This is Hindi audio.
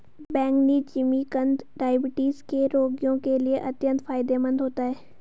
बैंगनी जिमीकंद डायबिटीज के रोगियों के लिए अत्यंत फायदेमंद होता है